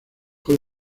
con